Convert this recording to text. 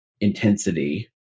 intensity